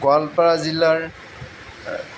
গোৱালপাৰা জিলাৰ